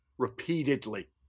repeatedly